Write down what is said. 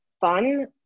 fun